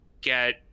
Get